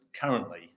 currently